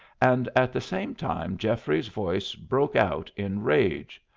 and at the same time geoffrey's voice broke out in rage.